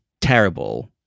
terrible